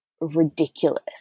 ridiculous